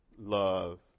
love